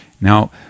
Now